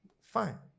Fine